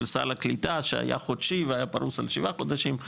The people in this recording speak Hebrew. סל הקליטה שהיה חודשי והיה פרוס על שבעה חודשים,